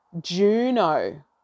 Juno